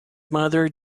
mother